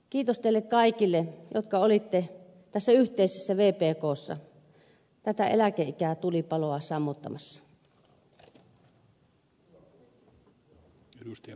kiitos teille kaikille jotka olitte tässä yhteisessä vpkssa tätä eläkeikätulipaloa sammuttamassa